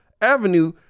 avenue